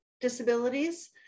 disabilities